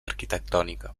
arquitectònica